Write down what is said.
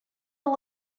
are